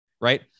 right